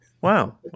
Wow